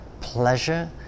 pleasure